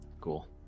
Cool